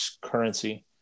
currency